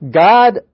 God